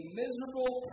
miserable